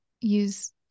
use